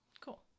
Cool